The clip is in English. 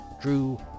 Drew